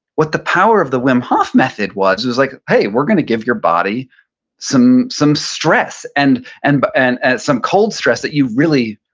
what the power of the wim hof method was, it was like, hey, we're gonna give your body some some stress and and but and some cold stress, that you've really,